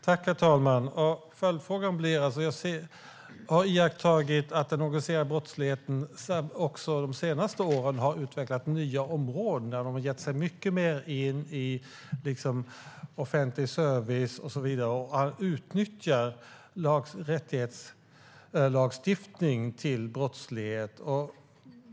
Herr talman! Jag har iakttagit att den organiserade brottsligheten under de senaste åren har utvecklat nya områden och gett sig in i offentlig service mycket mer och utnyttjat rättighetslagstiftning för brottslighet.